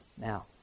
Now